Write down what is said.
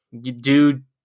dude